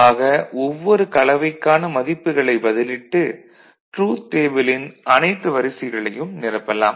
ஆக ஒவ்வொரு கலவைக்கான மதிப்புகளைப் பதிலிட்டு ட்ரூத் டேபிளின் அனைத்து வரிசைகளையும் நிரப்பலாம்